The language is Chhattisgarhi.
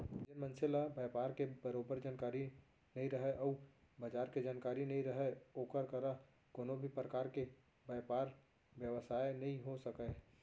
जेन मनसे ल बयपार के बरोबर जानकारी नइ रहय अउ बजार के जानकारी नइ रहय ओकर करा कोनों भी परकार के बयपार बेवसाय नइ हो सकय